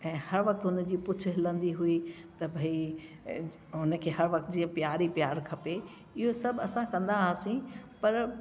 ऐं हर वक़्तु हुन जी पूछु हिलंदी हुई त भई ऐं हुनखे हर वक़्तु जीअं प्यार ई प्यारु खपे इहो सभु असां कंदा हुआसीं पर